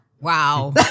Wow